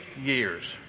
years